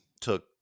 took